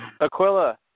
Aquila